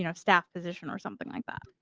you know staff position or something like that.